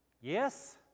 Yes